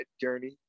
journey